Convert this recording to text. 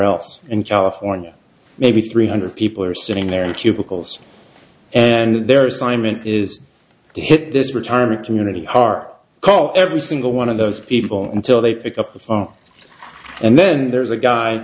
else in california maybe three hundred people are sitting there in cubicles and their assignment is to hit this retirement community are caught every single one of those people until they pick up the phone and then there's a guy